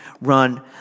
Run